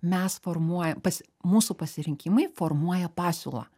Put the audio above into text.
mes formuojam pas mūsų pasirinkimai formuoja pasiūlą